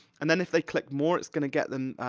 and then if they click more it's gonna get them,